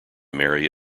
marry